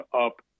up